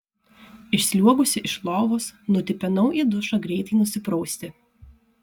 išsliuogusi iš lovos nutipenau į dušą greitai nusiprausti